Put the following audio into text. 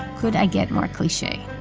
could i get more cliche?